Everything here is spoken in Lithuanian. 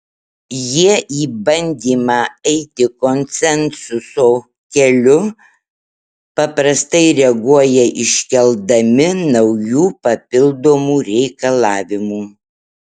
jie į bandymą eiti konsensuso keliu paprastai reaguoja iškeldami naujų papildomų reikalavimų